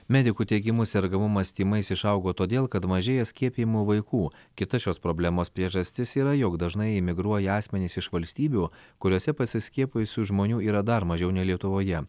medikų teigimu sergamumas tymais išaugo todėl kad mažėja skiepijimo vaikų kita šios problemos priežastis yra jog dažnai imigruoja asmenys iš valstybių kuriose pasiskiepijusių žmonių yra dar mažiau nei lietuvoje